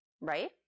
Right